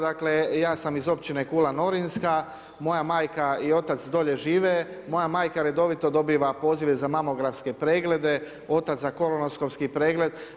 Dakle, ja sam iz Općine Kula Norinska, moja majka i otac dolje žive, moja majka redovito dobiva pozive za mamografske preglede, otac za kolonoskopski pregled.